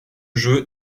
jeu